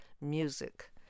music